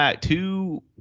two